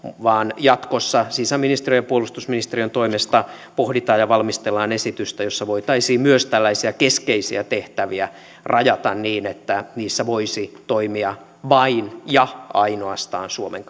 vaan jatkossa sisäministeriön ja puolustusministeriön toimesta pohditaan ja valmistellaan esitystä jossa voitaisiin myös tällaisia keskeisiä tehtäviä rajata niin että niissä voisi toimia vain ja ainoastaan suomen